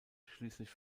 schließlich